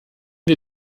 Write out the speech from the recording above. wir